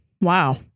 Wow